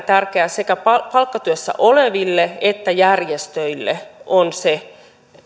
tärkeää sekä palkkatyössä oleville että järjestöille on se